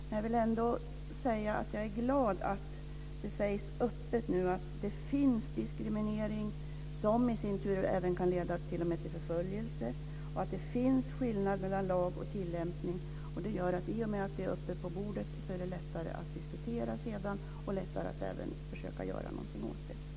Men jag vill ändå säga att jag är glad att det nu sägs öppet att det finns diskriminering som i sin tur t.o.m. kan leda till förföljelse och att det finns skillnader mellan lag och tillämpning. Och i och med att det är uppe på bordet så är det lättare att diskutera det sedan och lättare att även försöka gör någonting åt det.